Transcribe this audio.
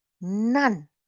none